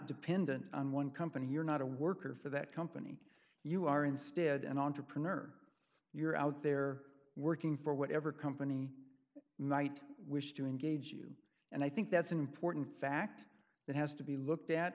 dependent on one company you're not a worker for that company you are instead an entrepreneur you're out there working for whatever company might wish to engage you and i think that's an important fact that has to be looked at